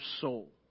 soul